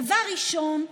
דבר ראשון,